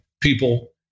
people